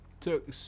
took